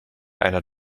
einer